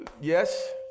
yes